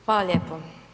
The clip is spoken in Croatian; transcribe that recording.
Hvala lijepo.